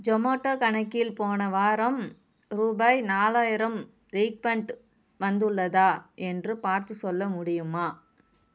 ஜொமேட்டோ கணக்கில் போன வாரம் ரூபாய் நாலாயிரம் ரீபண்ட் வந்துள்ளதா என்று பார்த்துச் சொல்ல முடியுமா